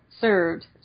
served